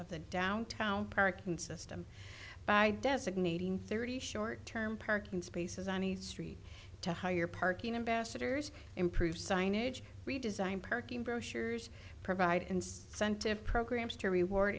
of the downtown parking system by designating thirty short term parking spaces on the street to hire parking ambassadors improve signage redesign parking brochures provide incentive programs to reward